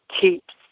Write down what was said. keeps